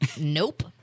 nope